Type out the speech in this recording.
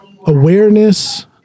awareness